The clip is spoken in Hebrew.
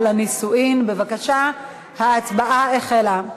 בבקשה, ההצבעה החלה.